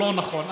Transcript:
לא נכון.